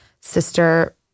sister